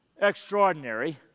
extraordinary